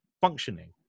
functioning